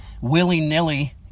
willy-nilly